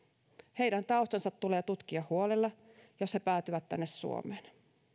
heidän taustansa tulee tutkia huolella jos he päätyvät tänne suomeen